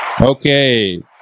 Okay